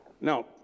Now